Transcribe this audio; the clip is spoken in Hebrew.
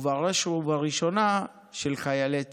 ובראש ובראשונה של חיילי צה"ל.